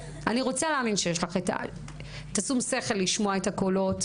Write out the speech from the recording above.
אני רוצה להאמין שיש לך את השום שכל לשמוע את הקולות,